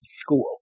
school